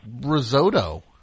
risotto